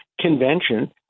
convention